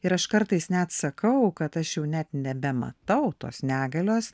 ir aš kartais net sakau kad aš jau net nebematau tos negalios